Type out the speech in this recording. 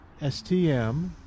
STM